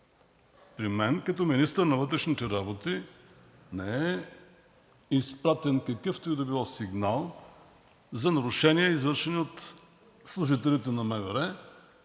При мен като министър на вътрешните работи не е изпратен какъвто и да било сигнал за нарушения, извършени от служителите на МВР,